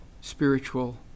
spiritual